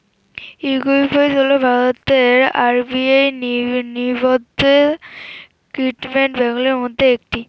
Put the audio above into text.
Equifax হল ভারতের RBI নিবন্ধিত ক্রেডিট ব্যুরোগুলির মধ্যে একটি